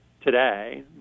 today